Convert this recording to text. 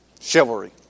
Chivalry